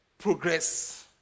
progress